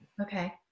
Okay